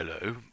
hello